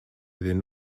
iddyn